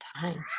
time